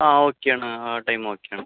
ആ ഓക്കെ ആണ് ആ ടൈം ഓക്കെ ആണ്